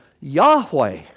Yahweh